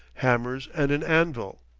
hammers, and an anvil.